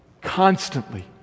constantly